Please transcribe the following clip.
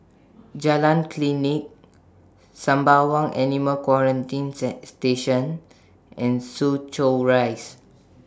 Jalan Klinik Sembawang Animal Quarantine Station and Soo Chow Rise